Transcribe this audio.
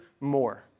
more